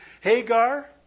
Hagar